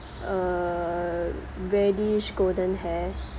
uh reddish golden hair